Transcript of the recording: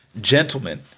Gentlemen